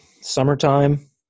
summertime